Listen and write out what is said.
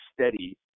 steady